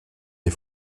des